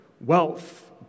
wealth